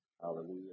Hallelujah